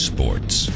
Sports